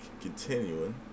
continuing